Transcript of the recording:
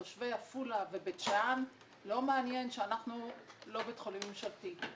תושבי עפולה ובית שאן לא מעניין שאנחנו לא בית חולים ממשלתי.